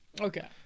Okay